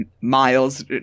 Miles